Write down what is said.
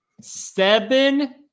Seven